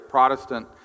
Protestant